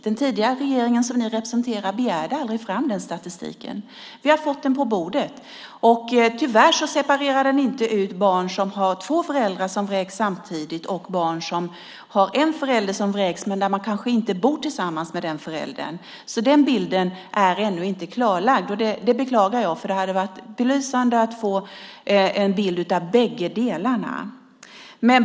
Den tidigare regeringen, som ni representerar, begärde aldrig fram den statistiken. Vi har fått den på bordet. Tyvärr skiljer den inte på barn vars båda föräldrar vräks samtidigt och barn vars ena förälder vräks men där barnet kanske inte bor tillsammans med den vräkta föräldern. Den bilden är alltså ännu inte klarlagd. Det beklagar jag, för det hade varit belysande att få en bild av bägge delarna.